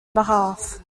behalf